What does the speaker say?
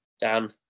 Dan